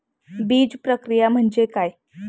बीजप्रक्रिया म्हणजे काय?